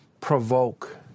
provoke